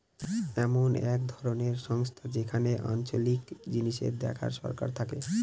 এমন এক ধরনের সংস্থা যেখানে আঞ্চলিক জিনিস দেখার সরকার থাকে